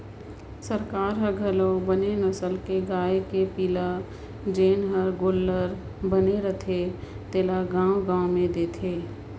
सरकार हर घलो बने नसल के गाय के पिला जेन हर गोल्लर बने रथे तेला गाँव गाँव में देथे